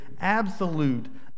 absolute